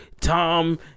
Tom